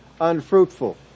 unfruitful